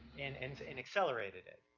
and and and accelerated it.